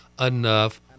enough